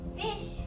fish